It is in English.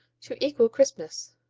to equal crispness.